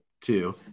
two